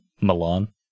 Milan